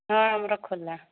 ହଁ ଆମର ଖୋଲା